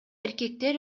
эркектер